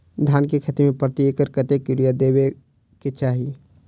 धान केँ खेती मे प्रति एकड़ कतेक यूरिया देब केँ चाहि?